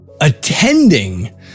Attending